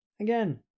Again